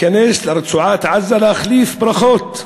להיכנס לרצועת-עזה ולהחליף ברכות.